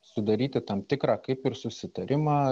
sudaryti tam tikrą kaip ir susitarimą